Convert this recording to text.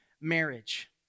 marriage